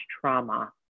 trauma